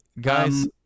guys